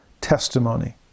testimony